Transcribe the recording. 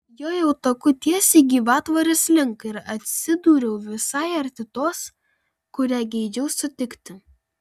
jojau taku tiesiai gyvatvorės link ir atsidūriau visai arti tos kurią geidžiau sutikti